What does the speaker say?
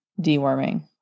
deworming